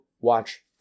watch